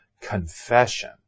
confession